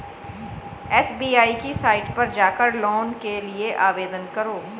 SBI की site पर जाकर लोन के लिए आवेदन करो